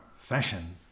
fashion